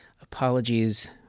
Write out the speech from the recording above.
Apologies